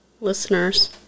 listeners